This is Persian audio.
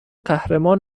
قهرمان